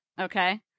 Okay